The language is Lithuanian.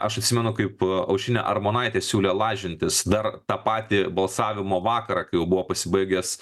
aš atsimenu kaip aušrinė armonaitė siūlė lažintis dar tą patį balsavimo vakarą kai jau buvo pasibaigęs